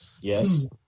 Yes